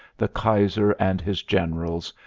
the kaiser and his generals,